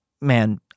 man